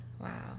wow